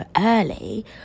early